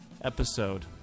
episode